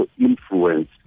influence